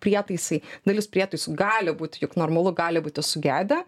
prietaisai dalis prietaisų gali būt juk normalu gali būti sugedę